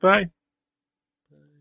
Bye